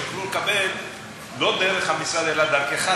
שיוכלו לקבל לא דרך המשרד אלא דרכך,